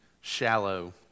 shallow